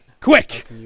Quick